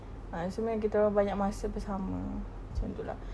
maksudnya kita orang banyak masa bersama macam itu lah